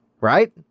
right